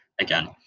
again